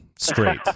straight